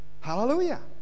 Hallelujah